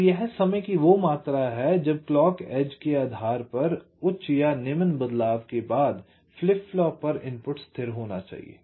तो यह समय की वो मात्रा है जब क्लॉक एज के आधार पर उच्च या निम्न बदलाव के बाद फ्लिप फ्लॉप पर इनपुट स्थिर होना चाहिए